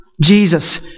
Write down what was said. Jesus